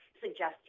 suggestions